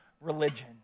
religion